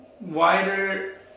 wider